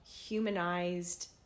humanized